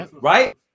right